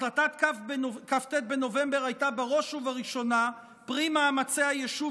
החלטת כ"ט בנובמבר הייתה בראש ובראשונה פרי מאמצי היישוב